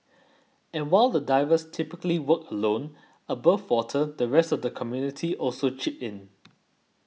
and while the divers typically work alone above water the rest of the community also chips in